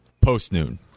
post-noon